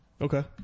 Okay